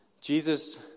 Jesus